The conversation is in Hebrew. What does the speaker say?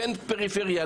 כן פריפריה,